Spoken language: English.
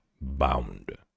bound